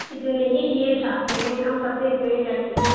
اتنے ہی لیے جاتے ہیں ہم سب سے اتنے ہی لیتے ہیں